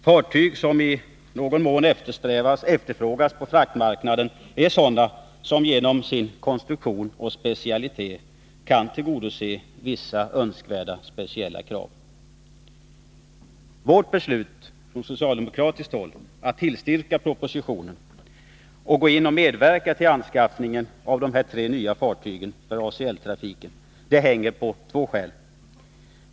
Fartyg som i någon mån efterfrågas på fraktmarknaden är sådana som genom sin konstruktion och specialitet kan tillgodose vissa särskilda krav. Det finns två skäl till att vi socialdemokrater har beslutat tillstyrka propositionen och medverka till anskaffningen av de tre nya fartygen för ACL-konsortiet.